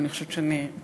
ואני חושבת שבוודאי,